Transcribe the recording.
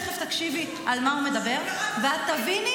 תכף תקשיבי על מה הוא מדבר ואת תביני